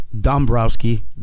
Dombrowski